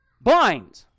blind